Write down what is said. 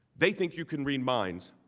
they think you can read minds,